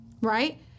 Right